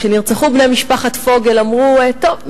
כשנרצחו בני משפחת פוגל אמרו: טוב,